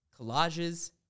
collages